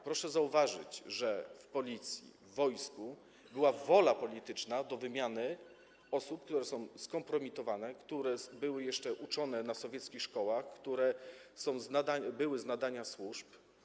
Proszę zauważyć, że w Policji, w wojsku była wola polityczna do wymiany osób, które są skompromitowane, które były jeszcze uczone w sowieckich szkołach, które były z nadania służb.